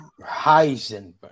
Heisenberg